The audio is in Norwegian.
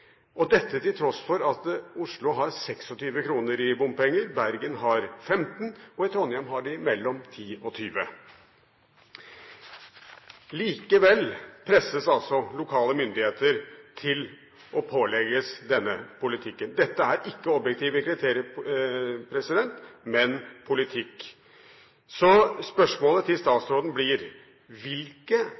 dette til tross for at Oslo har 26 kr i bompenger, Bergen har 15 kr, og i Trondheim har de mellom 10 og 20 kr. Likevel presses altså lokale myndigheter til å pålegges denne politikken. Dette er ikke objektive kriterier, men politikk. Så spørsmålet til statsråden blir: Hvilke